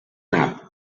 nap